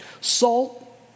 Salt